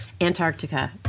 antarctica